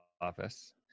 office